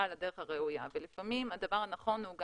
על הדרך הראויה ולפעמים הדבר הנכון הוא,